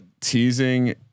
teasing